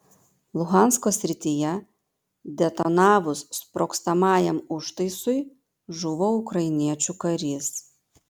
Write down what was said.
luhansko srityje detonavus sprogstamajam užtaisui žuvo ukrainiečių karys